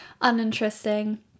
uninteresting